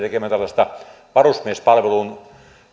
tekemään tällaista varusmiespalvelun